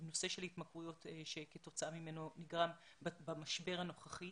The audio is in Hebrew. נושא של התמכרויות שכתוצאה ממנו נגרם במשבר הנוכחי.